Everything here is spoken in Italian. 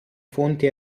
fonti